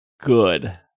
good